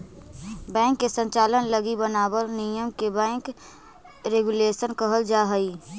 bank के संचालन लगी बनावल नियम के बैंक रेगुलेशन कहल जा हइ